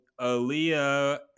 Aaliyah